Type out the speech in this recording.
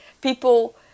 people